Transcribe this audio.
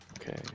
Okay